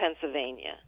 Pennsylvania